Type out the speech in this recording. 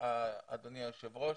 אדוני היושב ראש,